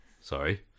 sorry